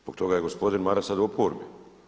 Zbog toga je gospodin Maras sad u oporbi.